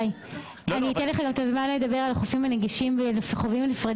אתן לך זמן לדבר על החופים הנגישים הנפרדים,